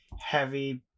heavy